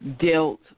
dealt